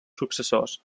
successors